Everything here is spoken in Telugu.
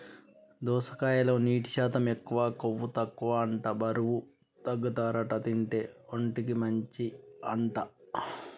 దోసకాయలో నీటి శాతం ఎక్కువ, కొవ్వు తక్కువ అంట బరువు తగ్గుతారట తింటే, ఒంటికి మంచి అంట